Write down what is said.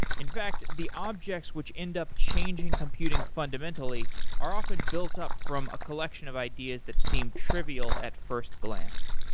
in fact, the objects which end up changing computing fundamentally are often built up from a collection of ideas that seem trivial at first glance.